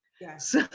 Yes